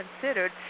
considered